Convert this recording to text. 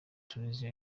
tunisia